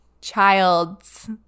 child's